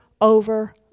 over